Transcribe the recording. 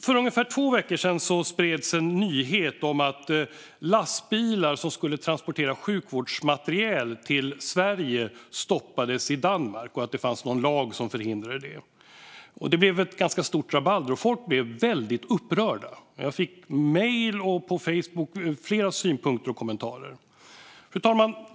För ungefär två veckor sedan spreds en nyhet om att lastbilar som skulle transportera sjukvårdsmateriel till Sverige stoppades i Danmark och att det fanns någon lag som förhindrade detta. Det blev ett ganska stort rabalder. Folk blev väldigt upprörda. Jag fick mejl och flera synpunkter och kommentarer på Facebook.